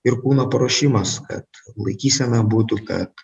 ir kūno paruošimas kad laikysena būtų kad